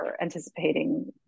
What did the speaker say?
anticipating